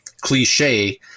cliche